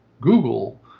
Google